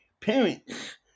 parents